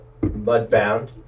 Mudbound